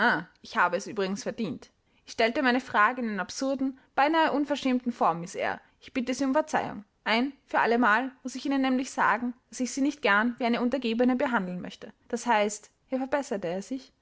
ich habe es übrigens verdient ich stellte meine frage in einer absurden beinahe unverschämten form miß eyre ich bitte sie um verzeihung ein für allemal muß ich ihnen nämlich sagen daß ich sie nicht gern wie eine untergebene behandeln möchte das heißt hier verbesserte er sich